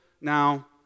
now